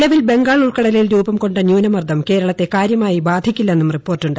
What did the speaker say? നിലവിൽ ബംഗാൾ ഉൾക്കടലിൽ രൂപം കൊണ്ട ന്യൂനമർദ്ദം കേരളത്തെ കാര്യമായി ബാധിക്കില്ലെന്നും റിപ്പോർട്ടുണ്ട്